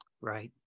Right